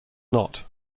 not